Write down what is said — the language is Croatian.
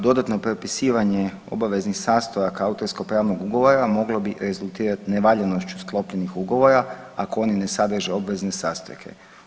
Dodatno propisivanje obaveznih sastojaka autorsko-pravnog ugovora moglo bi rezultirati nevaljanošću sklopljenih ugovora ako oni ne sadrže obvezne sastojke.